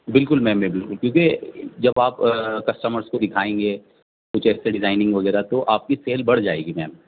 بالکل میم میں بالکل کیونکہ جب آپ کسٹمرس کو دکھائیں گے کچھ ایسے ڈیزائننگ وغیرہ تو آپ کی سیل بڑھ جائے گی میم